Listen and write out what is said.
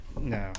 no